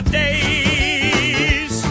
days